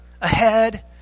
ahead